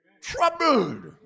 Troubled